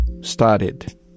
started